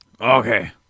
Okay